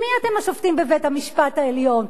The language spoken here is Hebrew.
מי אתם, השופטים בבית-המשפט העליון?